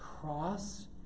cross